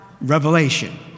Revelation